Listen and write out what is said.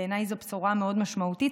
בעיניי זו בשורה מאוד משמעותית.